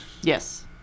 yes